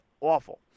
awful